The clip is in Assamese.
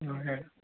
হয়